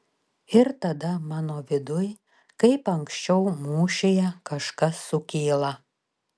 ir tada mano viduj kaip anksčiau mūšyje kažkas sukyla